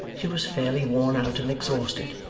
she was fairly worn out and exhausted,